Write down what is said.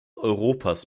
europas